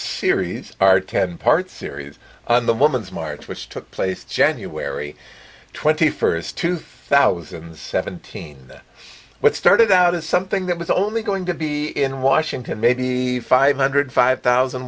series our ten part series on the woman's march which took place january twenty first two thousand and seventeen that what started out as something that was only going to be in washington may be five hundred five thousand